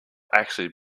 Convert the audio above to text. actually